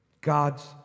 God's